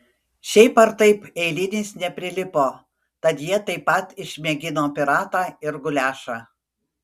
šiaip ar taip eilinis neprilipo tad jie taip pat išmėgino piratą ir guliašą